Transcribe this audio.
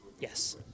yes